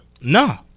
Nah